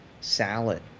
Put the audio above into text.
salad